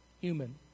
Human